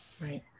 right